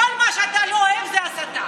כל מה שאתה לא אוהב זה הסתה.